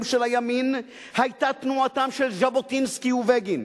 של הימין היתה תנועתם של ז'בוטינסקי ובגין,